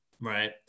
right